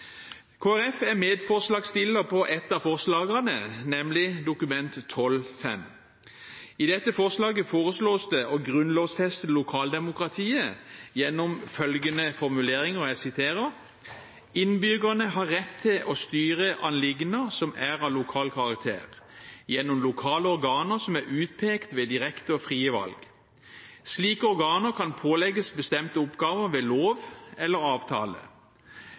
er medforslagsstiller på ett av forslagene, nemlig Dokument 12:5 for 2011–2012. I dette forslaget foreslås det å grunnlovfeste lokaldemokratiet gjennom følgende formuleringer: «Innbyggerne har rett til å styre anliggender som er av lokal karakter, gjennom lokale organer som er utpekt ved direkte og frie valg. Slike organer kan pålegges bestemte oppgaver ved lov eller avtale.